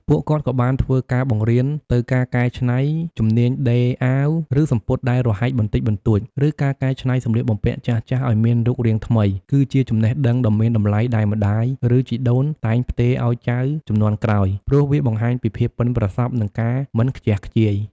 ពួកគាត់ក៍បានធ្វើការបង្រៀន ទៅការកែច្នៃ ជំនាញដេរអាវ ឬសំពត់ដែលរហែកបន្តិចបន្តួច ឬការកែច្នៃសម្លៀកបំពាក់ចាស់ៗឲ្យមានរូបរាងថ្មី គឺជាចំណេះដឹងដ៏មានតម្លៃដែលម្ដាយ ឬជីដូនតែងផ្ទេរឲ្យចៅជំនាន់ក្រោយ ព្រោះវាបង្ហាញពីភាពប៉ិនប្រសប់ និងការមិនខ្ជះខ្ជាយ។